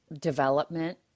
development